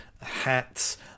hats